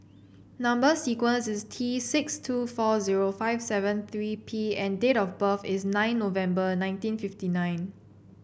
number sequence is T six two four zero five seven three P and date of birth is nine November nineteen fifty nine